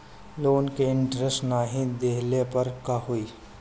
Loan के interest नाही देहले पर का होई?